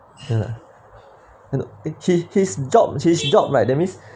ya lah his his job his job right that means